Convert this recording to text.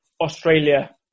Australia